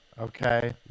Okay